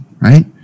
Right